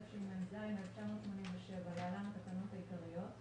התשמ"ז-1987 (להלן התקנות העיקריות),